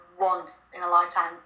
once-in-a-lifetime